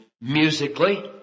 musically